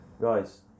guys